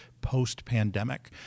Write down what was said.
post-pandemic